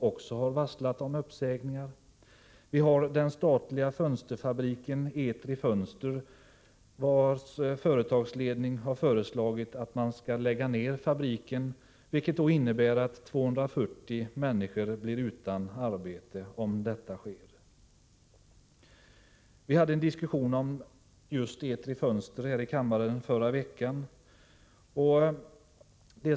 Vidare har ledningen för den statliga fönsterfabriken Etri Fönster föreslagit att fabriken skall läggas ned. Om så sker blir 240 människor utan arbete. Vi hade en diskussion om just Etri Fönster här i kammaren i förra veckan.